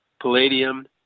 palladium